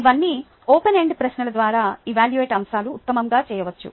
ఇవన్నీ open end ప్రశ్నల ద్వారా ఎవాల్యూట అంశాలు ఉత్తమంగా చేయవచ్చు